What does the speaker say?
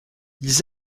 ils